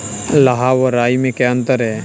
लाह व राई में क्या अंतर है?